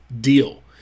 deal